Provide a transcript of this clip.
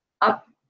up